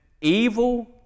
evil